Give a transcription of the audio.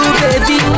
baby